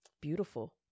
beautiful